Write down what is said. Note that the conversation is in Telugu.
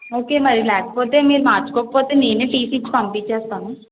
ఓకే మరి లేకపోతే మీరు మార్చుకోకపోతే నేనే టీసీ ఇచ్చి పంపించేస్తాను